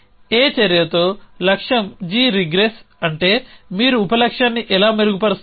Aచర్య తో లక్ష్యం g regress అంటే మీరు ఉప లక్ష్యాన్ని ఎలా మెరుగుపరుస్తారు